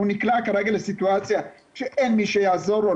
הוא נקלע לסיטואציה שאין מי שיעזור לו,